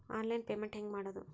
Online payment ಹೆಂಗ್ ಮಾಡೋದು?